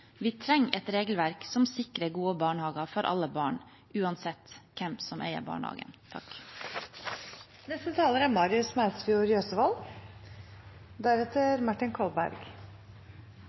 Vi trenger et regelverk som sikrer gode barnehager for alle barn, uansett hvem som eier barnehagen.